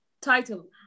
title